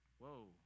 whoa